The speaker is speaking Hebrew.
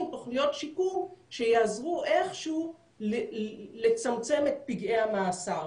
תוכניות שיקום שיעזרו איכשהו לצמצם את פגעי המאסר,